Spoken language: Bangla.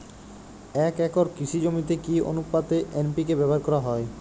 এক একর কৃষি জমিতে কি আনুপাতে এন.পি.কে ব্যবহার করা হয়?